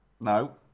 No